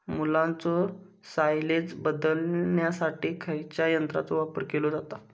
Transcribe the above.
मुलांनो सायलेज बदलण्यासाठी खयच्या यंत्राचो वापर केलो जाता?